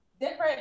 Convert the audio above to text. different